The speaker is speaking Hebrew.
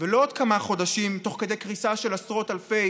ולא בעוד כמה חודשים, תוך כדי קריסה של עשרות אלפי